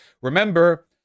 Remember